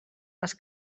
les